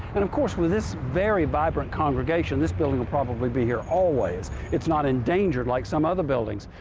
and of course with this very vibrant congregation, this building will probably be here always. it's not endangered like some of the buildings.